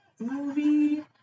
Movie